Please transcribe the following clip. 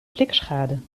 blikschade